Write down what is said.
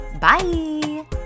bye